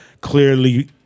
clearly